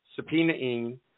subpoenaing